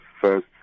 first